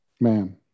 man